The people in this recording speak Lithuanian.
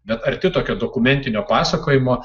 bet arti tokio dokumentinio pasakojimo